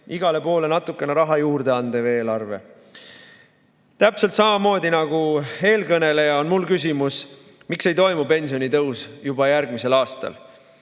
igale poole natukene raha juurde andev eelarve. Täpselt samamoodi nagu eelkõnelejal on ka minul küsimus, miks ei toimu pensionitõus juba järgmisel aastal.